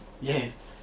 Yes